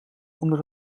onder